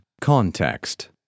Context